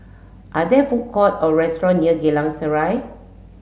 are there food court or restaurant near Geylang Serai